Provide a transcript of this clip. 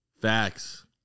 Facts